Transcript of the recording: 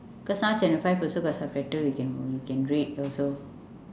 cause sometimes channel five also got subtitle we can we can read also